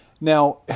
Now